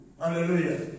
hallelujah